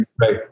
right